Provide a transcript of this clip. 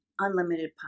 unlimited